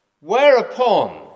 Whereupon